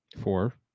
Four